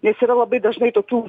nes yra labai dažnai tokių